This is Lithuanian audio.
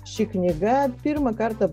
ši knyga pirmą kartą